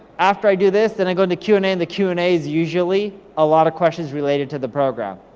after i do this, then and i go into q and a, and the q and a is usually a lot of questions related to the program.